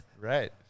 Right